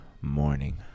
morning